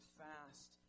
fast